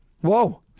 Whoa